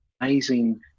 amazing